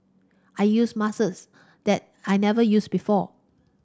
I used muscles that I never used before